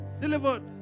delivered